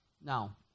now